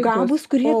gabūs kurie